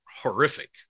horrific